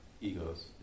egos